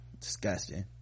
disgusting